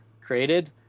created